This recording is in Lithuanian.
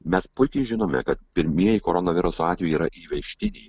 mes puikiai žinome kad pirmieji koronaviruso atvejai yra įvežtiniai